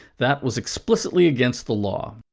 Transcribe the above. that was explicitly against the law.